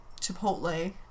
Chipotle